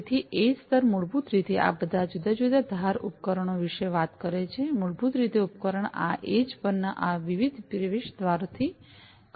તેથી એડ્જ સ્તર મૂળભૂત રીતે આ બધા જુદા જુદા ધાર ઉપકરણો વિશે વાત કરે છે મૂળભૂત રીતે ઉપકરણ આ એડ્જ એડ્જ પરના આ વિવિધ પ્રવેશદ્વારોથી કનેક્ટ થાય છે